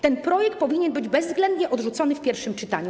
Ten projekt powinien być bezwzględnie odrzucony w pierwszym czytaniu.